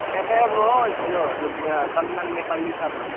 ए म यो के भन्छ सलमान नेपाली शर्मा